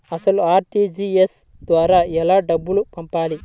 అసలు అర్.టీ.జీ.ఎస్ ద్వారా ఎలా డబ్బులు పంపాలి?